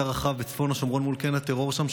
רחב בצפון השומרון מול קן הטרור שם,